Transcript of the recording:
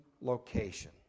location